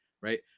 right